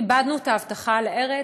איבדנו את ההבטחה על הארץ,